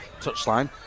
touchline